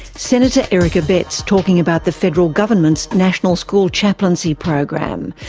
senator eric abetz talking about the federal government's national school chaplaincy program,